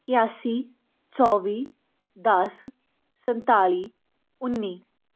ਇਕਾਸੀ ਚੌਵੀ ਦਸ ਸੰਨਤਾਲੀ ਉੱਨੀ